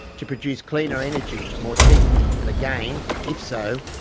to produce cleaner energy more cheaply, and again, if so,